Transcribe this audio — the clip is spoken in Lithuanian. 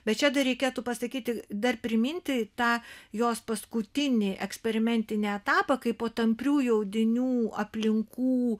bet čia dar reikėtų pasakyti dar priminti tą jos paskutinį eksperimentinį etapą kai po tampriųjų audinių aplinkų